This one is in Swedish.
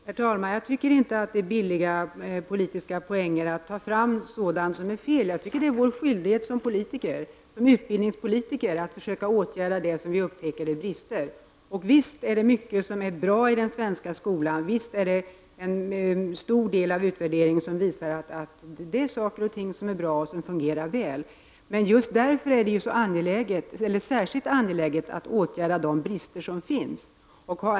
Herr talman! Jag tycker inte att det är att plocka billiga politiska poäng att ta fram sådant som är fel. Det år vår skyldighet som utbildningspolitiker att försöka åtgärda brister. Och visst är det mycket som är bra i den svenska skolan. Visst visar en stor del av utvärderingen att det är saker och ting som är bra och fungerar väl. Men just därför är det särskilt angeläget att åtgärda de brister som finns.